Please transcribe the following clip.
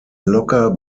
locker